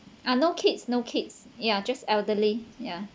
ah no kids no kids ya just elderly ya